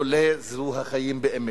לולא אלה החיים באמת.